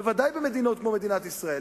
בוודאי במדינות כמו מדינת ישראל.